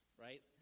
right